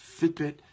Fitbit